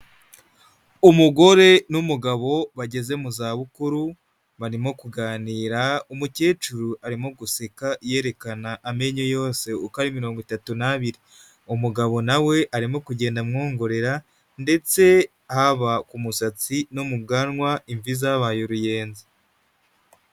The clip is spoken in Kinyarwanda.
Umugore n'umugabo bageze mu zabukuru barimo kuganira, umukecuru arimo guseka yerekana amenyo yose uko ari mirongo itatu n'abiri. Umugabo na we arimo kugenda amwongorera ndetse haba ku musatsi no mu bwanwa imvi zabaye uruyenzi.